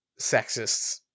sexist